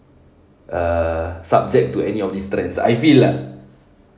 err subject to any of these trends I feel lah